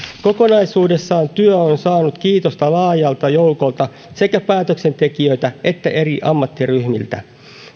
kokonaisuudessaan työ on saanut kiitosta laajalta joukolta sekä päätöksentekijöiltä että eri ammattiryhmiltä